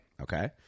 okay